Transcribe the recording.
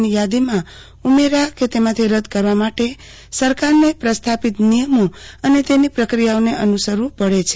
ની યાદીમાં ઉમેરા કે તેમાંથી રદ કરવા માટે સરકારને પ્રસ્થાપિત નિયમો અને તેની પ્રક્રિયાઓને અનુસરવું પડે છે